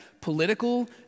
political